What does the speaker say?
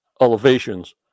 elevations